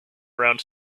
around